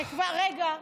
רגע.